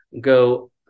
go